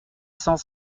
cent